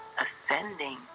ascending